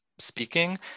speaking